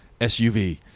SUV